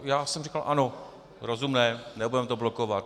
Já jsem říkal ano, rozumné, nebudeme to blokovat.